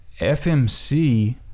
FMC